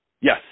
Yes